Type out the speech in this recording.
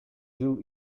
жыл